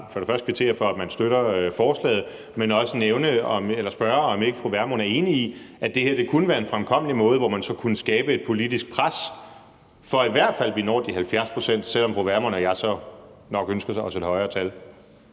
fremmest kvittere for, at man støtter forslaget, men også spørge, om ikke fru Pernille Vermund er enig i, at det her kunne være en fremkommelig måde, hvorpå man så kunne skabe et politisk pres for, at vi i hvert fald når de 70 pct., selv om fru Pernille Vermund og jeg så nok ønsker os et højere tal.